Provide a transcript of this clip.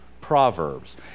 Proverbs